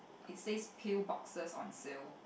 it says pill boxes on shelf